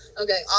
Okay